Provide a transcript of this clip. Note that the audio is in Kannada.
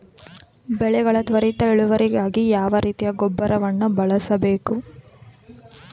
ಬೆಳೆಗಳ ತ್ವರಿತ ಇಳುವರಿಗಾಗಿ ಯಾವ ರೀತಿಯ ಗೊಬ್ಬರವನ್ನು ಬಳಸಬೇಕು?